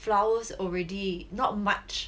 flowers already not much